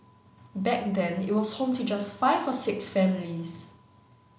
back then it was home to just five or six families